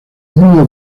mismo